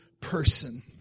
person